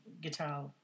guitar